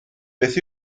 beth